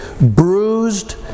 bruised